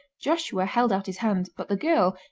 joshua held out his hand, but the girl,